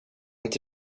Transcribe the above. inte